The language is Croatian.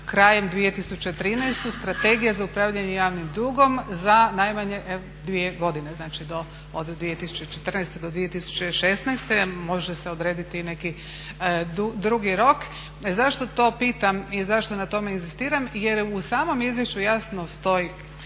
krajem 2013., Strategija za upravljanje javnim dugom za najmanje 2 godine, znači od 2014. do 2016., može se odrediti i neki drugi rok. Zašto to pitam i zašto na tome inzistiram? Jer u samom izvješću jasno stoji